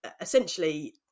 essentially